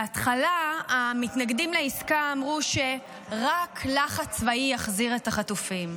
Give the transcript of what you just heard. בהתחלה המתנגדים לעסקה אמרו שרק לחץ צבאי יחזיר את החטופים.